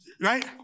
right